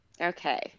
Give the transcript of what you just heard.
Okay